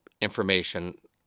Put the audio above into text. information